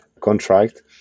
contract